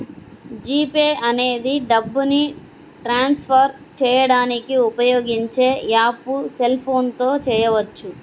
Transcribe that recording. G pay అనేది డబ్బుని transfer చేయడానికి ఉపయోగించే యాప్పు సెల్ ఫోన్ తో చేయవచ్చు